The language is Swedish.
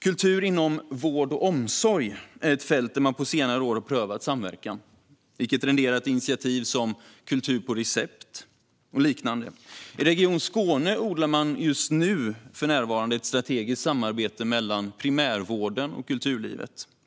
Kultur inom vård och omsorg är ett fält där man på senare år har prövat samverkan, vilket renderat initiativ som kultur på recept och liknande. I Region Skåne odlar man för närvarande ett strategiskt samarbete mellan primärvården och kulturlivet.